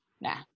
Nah